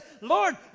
Lord